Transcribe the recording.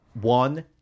one